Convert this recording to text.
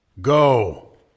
Go